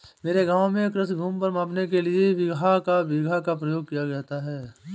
मेरे गांव में कृषि भूमि मापन के लिए बिगहा या बीघा का प्रयोग किया जाता है